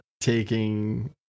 taking